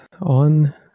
on